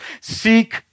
Seek